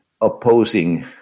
opposing